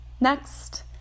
Next